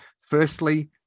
firstly